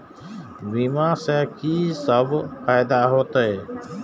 बीमा से की सब फायदा होते?